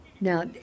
Now